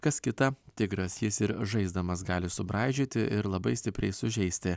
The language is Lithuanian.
kas kita tigras jis ir žaisdamas gali subraižyti ir labai stipriai sužeisti